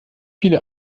viele